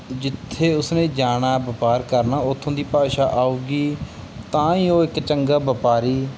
ਜਿੱਥੇ ਉਸਨੇ ਜਾਣਾ ਵਪਾਰ ਕਰਨਾ ਉੱਥੋਂ ਦੀ ਭਾਸ਼ਾ ਆਊਗੀ ਤਾਂ ਹੀ ਉਹ ਇੱਕ ਚੰਗਾ ਵਪਾਰੀ